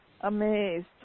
amazed